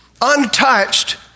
untouched